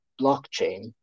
blockchain